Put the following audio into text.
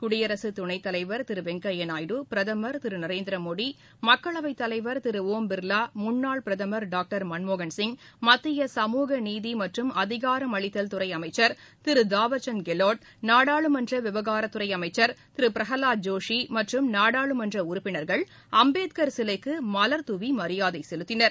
குடியரசுத் துணைத் தலைவர் திரு வெங்கையா நாயுடு பிரதமர் திரு நரேந்திர மோடி மக்களவைத் தலைவர் திரு ஒம் பிர்லா முன்னாள் பிரதமர் டாக்டர் மன்மோகன் சிங் மத்திய சமூகநீதி மற்றும் அதிகாரமளித்தல் துறை அமைச்சர் திரு தாவர்சந்த் கெலாட் நாடாளுமன்ற விவகாரத்துறை அமைச்சர் திரு பிரகலாத் ஜோஷி மற்றும் நாடாளுமன்ற உறுப்பினர்கள் அம்பேத்கர் சிலைக்கு மலர் தூவி மரியாதை செலுத்தினர்